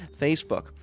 Facebook